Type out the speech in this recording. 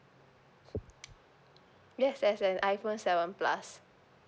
yes yes yes iphone seven plus